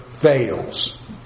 fails